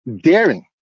daring